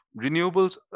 renewables